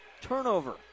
turnover